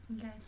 Okay